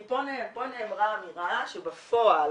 כי פה נאמרה אמירה שבפועל